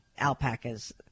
alpacas